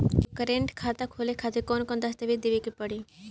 एगो करेंट खाता खोले खातिर कौन कौन दस्तावेज़ देवे के पड़ी?